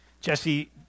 Jesse